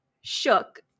shook